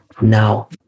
now